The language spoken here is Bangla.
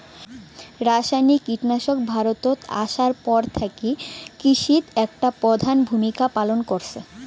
রাসায়নিক কীটনাশক ভারতত আইসার পর থাকি কৃষিত একটা প্রধান ভূমিকা পালন করসে